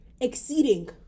exceeding